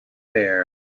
there